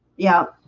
yeah,